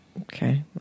Okay